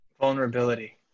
Vulnerability